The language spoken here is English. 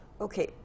Okay